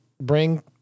bring